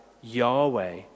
Yahweh